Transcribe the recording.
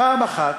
פעם אחת,